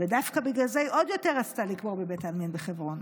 ודווקא בגלל זה היא עוד יותר רצתה לקבור בבית העלמין בחברון.